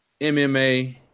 mma